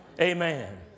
Amen